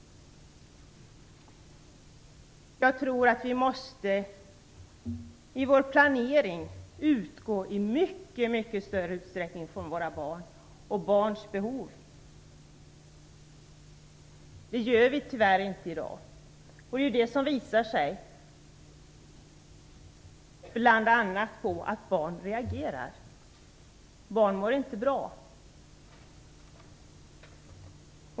Jag tror att vi i vår planering i mycket större utsträckning måste utgå från våra barn och barns behov. Det gör vi tyvärr inte i dag. Det är det som visar sig, bl.a. i att barn reagerar. Barn mår inte bra.